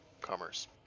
commerce